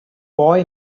boy